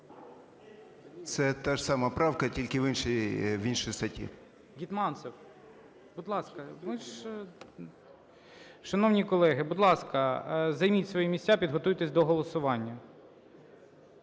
Це та ж сама правка, тільки в іншій статті.